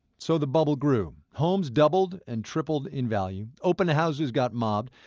so the bubble grew. homes doubled and tripled in value. open houses got mobbed.